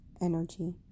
energy